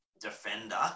defender